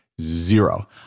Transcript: Zero